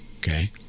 Okay